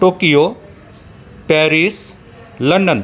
Tokyo Paris London